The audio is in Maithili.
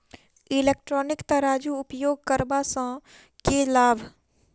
इलेक्ट्रॉनिक तराजू उपयोग करबा सऽ केँ लाभ?